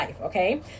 okay